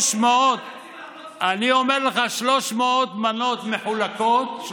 אני אומר לך ש-300,000 מנות מחולקות,